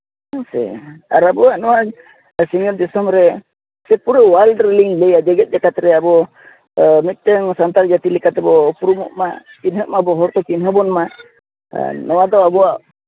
ᱦᱮᱸ ᱥᱮ ᱟᱨ ᱟᱵᱚᱣᱟᱜ ᱱᱚᱣᱟ ᱥᱤᱧᱚᱛ ᱫᱤᱥᱚᱢ ᱨᱮ ᱥᱮ ᱯᱩᱨᱟᱹ ᱚᱣᱟᱨᱞᱰ ᱨᱮᱞᱤᱧ ᱞᱟᱹᱭᱟ ᱡᱮᱜᱮᱫ ᱡᱟᱠᱟᱛ ᱨᱮ ᱟᱵᱚ ᱢᱤᱫᱴᱮᱱ ᱥᱟᱱᱛᱟᱲ ᱡᱟᱹᱛᱤ ᱞᱮᱠᱟ ᱛᱮᱵᱚᱱ ᱩᱯᱨᱩᱢᱚᱜ ᱢᱟ ᱦᱚᱲᱠᱚ ᱪᱤᱱᱦᱟᱹ ᱵᱚᱱ ᱢᱟ ᱟᱨ ᱱᱚᱣᱟᱫᱚ ᱟᱵᱚᱣᱟᱜ